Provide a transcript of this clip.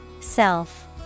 Self